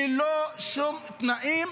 ללא שום תנאים,